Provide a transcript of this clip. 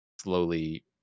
slowly